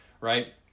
right